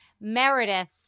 Meredith